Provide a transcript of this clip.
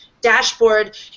dashboard